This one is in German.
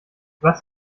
was